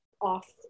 off